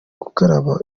gukaraba